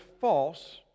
false